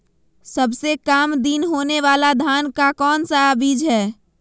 सबसे काम दिन होने वाला धान का कौन सा बीज हैँ?